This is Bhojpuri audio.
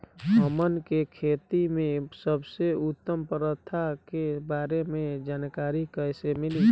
हमन के खेती में सबसे उत्तम प्रथा के बारे में जानकारी कैसे मिली?